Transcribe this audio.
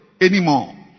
anymore